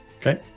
Okay